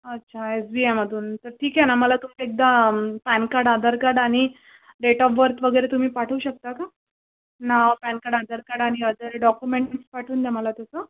अच्छा S B आयमधून तर ठीक आहे ना मला तुमचे एकदा पॅन कार्ड आधार कार्ड आणि डेट ऑफ बर्थ वगैरे तुम्ही पाठवू शकता का नाव पॅन कार्ड आधार कार्ड आणि आदर डॉकुमेंट तुम्ही पाठवून द्या मला तसं